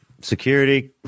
Security